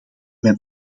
mijn